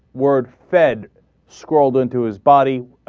word bed scrolled into his body ah.